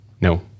No